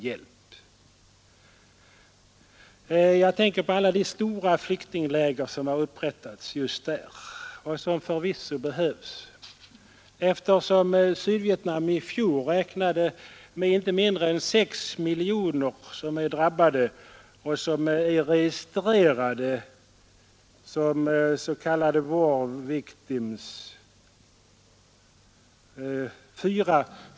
Jag tänker på alla de stora flyktingläger som har upprättats där och som förvisso behövs, eftersom Sydvietnam i fjor räknade med inte mindre än 6 miljoner registrerade s.k. war victims.